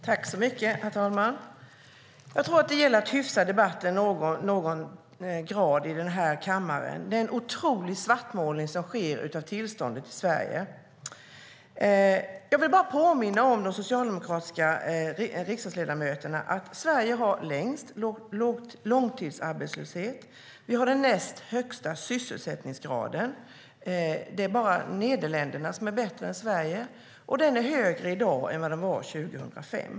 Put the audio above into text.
Herr talman! Jag tror att det gäller att hyfsa debatten någon grad här i kammaren. Det är en otrolig svartmålning som sker här av tillståndet i Sverige. Jag vill påminna de socialdemokratiska riksdagsledamöterna om att Sverige har lägst långtidsarbetslöshet. Vi har den näst högsta sysselsättningsgraden - det är bara Nederländerna som är bättre än Sverige - och den är högre i dag än vad den var 2005.